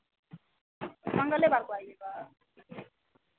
मंगलेवार को आइएगा ठीक